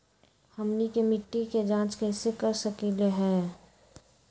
हमनी के मिट्टी के जाँच कैसे कर सकीले है?